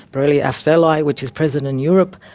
borrelia afzelii which is present in europe,